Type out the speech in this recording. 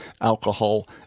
alcohol